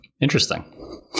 interesting